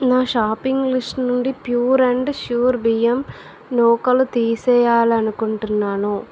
నా shopping list నుండి pure and sure బియ్యం నూకలు తీసేయాలనుకుంటున్నాను